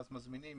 ואז מזמינים